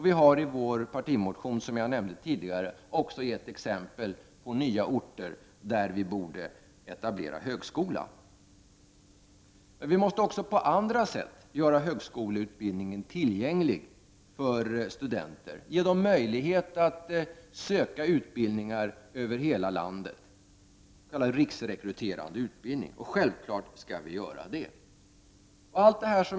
Vi har i vår partimotion, som jag nämnde tidigare, också givit exempel på nya orter där vi borde etablera högskolor. Vi måste också på andra sätt göra högskoleutbildningen tillgänglig för studenter, ge dem möjlighet att söka utbildningar över hela landet, dvs. vad som kallas riksrekryterande utbildning. Självfallet skall vi göra detta.